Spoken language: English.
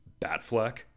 Batfleck